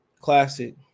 Classic